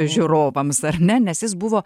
žiūrovams ar ne nes jis buvo